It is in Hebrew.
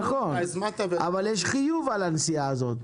נכון, אבל יש חיוב על הנסיעה הזאת.